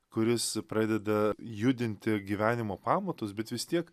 kuris pradeda judinti gyvenimo pamatus bet vis tiek